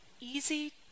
easy